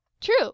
True